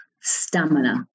stamina